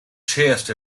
chest